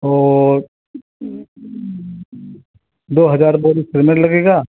और दो हजार बोरी सिमेन्ट लगेगा